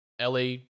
la